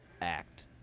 act